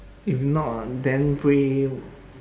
if not then play